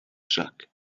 jug